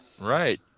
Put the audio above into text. Right